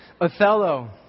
Othello